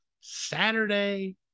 Saturday